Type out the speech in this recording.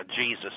Jesus